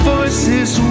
voices